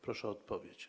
Proszę o odpowiedź.